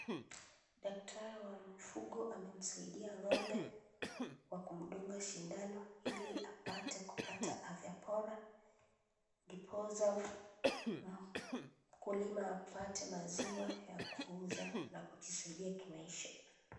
Daktari wa mifugo anamsaidia ng'ombe kwa kumdunga sindano, ili apate, kupata afya bora, ndiposa mkulima apate maziwa ya kuuza na kujisaidia kimaisha.